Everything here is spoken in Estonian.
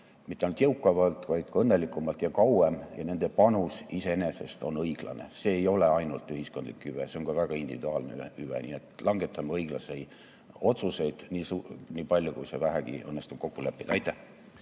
ainult jõukamalt, vaid ka õnnelikumalt ja kauem. Nende panus on iseenesest õiglane. See ei ole ainult ühiskondlik hüve, see on ka väga individuaalne hüve. Nii et langetame õiglasi otsuseid, niipalju kui vähegi õnnestub kokku leppida. Aitäh!